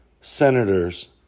senators